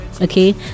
okay